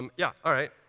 um yeah, all right.